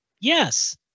Yes